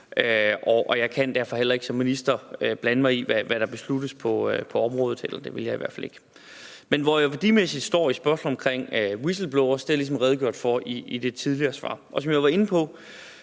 og jeg kan derfor heller ikke som minister blande mig i, hvad der besluttes på området, eller det vil jeg i hvert fald ikke. Men med hensyn til, hvor jeg værdimæssigt står i spørgsmålet om whistleblowere, har jeg ligesom redegjort for det i det tidligere svar, og som jeg var inde på,